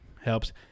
Helps